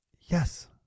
Yes